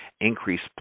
increased